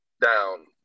down